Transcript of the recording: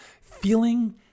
feeling